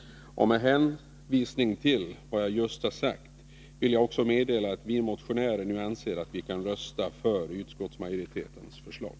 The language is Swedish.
Med hänvisning till vad jag just har sagt vill jag också meddela att vi motionärer nu anser att vi kan rösta för utskottsmajoritetens förslag.